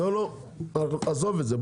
לא, לא, עזוב את זה.